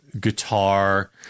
guitar